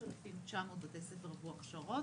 3,900 בתי ספר עברו הכשרות